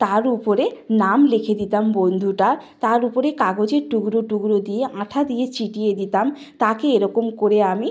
তার উপরে নাম লিখে দিতাম বন্ধুটার তার উপরে কাগজের টুকরো টুকরো দিয়ে আঠা দিয়ে চিটিয়ে দিতাম তাকে এরকম করে আমি